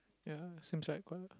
ya seems like quite